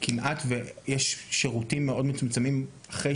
לעובדה שיש שירותים מאוד מצומצמים אחרי